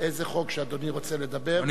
איזה חוק שאדוני רוצה לדבר, יש לך שלוש דקות.